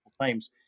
times